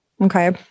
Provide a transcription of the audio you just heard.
Okay